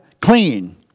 clean